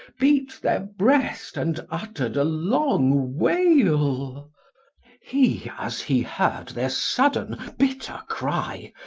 beat their breast and uttered a long wail. he, as he heard their sudden bitter cry,